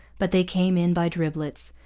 but they came in by driblets,